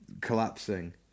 collapsing